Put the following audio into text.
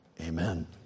Amen